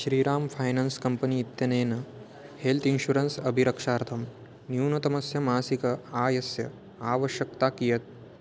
Shriram finance company इत्यनेन health insurance अभिरक्षार्थं न्यूनतमस्य मासिक आयस्य आवश्यकता कियत्